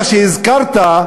מה שהזכרת,